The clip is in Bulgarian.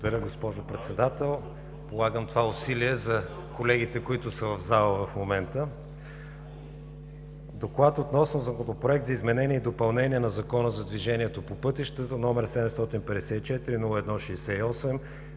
Благодаря, госпожо Председател. Полагам това усилие за колегите, които са в залата в момента. „ДОКЛАД относно Законопроект за изменение и допълнение на Закона за движението по пътищата, № 754-01-68,